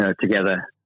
together